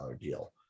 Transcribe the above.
deal